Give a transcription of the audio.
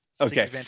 okay